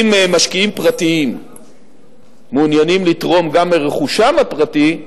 אם משקיעים פרטיים מעוניינים לתרום גם מרכושם הפרטי,